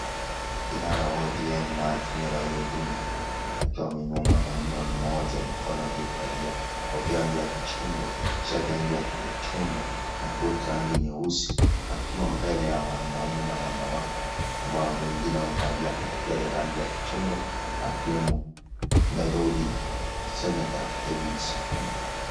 Kinara wa (cs)ODM(cs)na (cs)Azimio(cs),Raila Odinga, akiwa ameinua mwanaume mmoja mkono aliyevalia kofia ya rangi ya kichungwa, shati ya rangi ya kichungwa na koti ya rangi nyeusi akiwa mbele ya wanaume na wanawke ambao wengine wamevalia kofia za rangi ya kichungwa akiwemo Nairobi seneta, Edwin Sifuna.